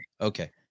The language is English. okay